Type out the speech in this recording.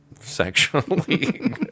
sexually